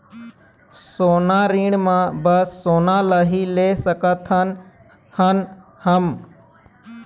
सोना ऋण मा बस सोना ला ही ले सकत हन हम?